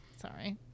Sorry